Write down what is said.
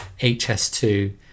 HS2